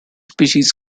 species